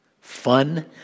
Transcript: fun